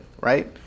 Right